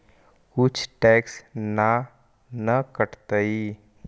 कुछ टैक्स ना न कटतइ?